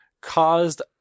caused